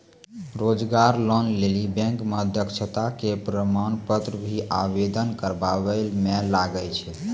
रोजगार लोन लेली बैंक मे दक्षता के प्रमाण पत्र भी आवेदन करबाबै मे लागै छै?